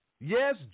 Yes